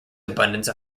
abundance